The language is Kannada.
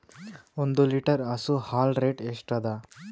ಒಂದ್ ಲೀಟರ್ ಹಸು ಹಾಲ್ ರೇಟ್ ಎಷ್ಟ ಅದ?